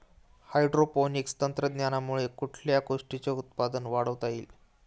Hydroponics तंत्रज्ञानाद्वारे कुठल्या गोष्टीचे उत्पादन वाढवता येईल?